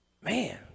man